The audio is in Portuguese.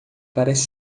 parece